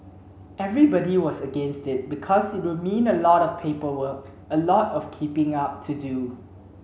everybody was against it because it would mean a lot of paperwork a lot of keeping up to do